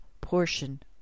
portion